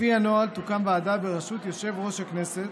לפי הנוהל תוקם ועדה בראשות יושב-ראש הכנסת